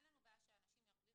אין לנו בעיה שאנשים ירוויחו,